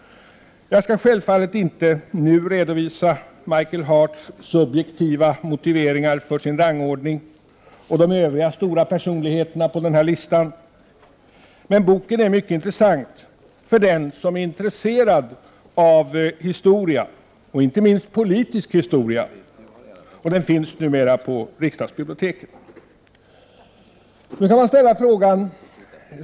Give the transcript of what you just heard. Jag skall självfallet inte nu redovisa Michael Harts subjektiva motiveringar för sin rangordning och de övriga stora personligheterna på denna lista. Men boken är mycket intressant för den som är intresserad av historia, inte minst politisk historia. Boken finns numera på riksdagens bibliotek.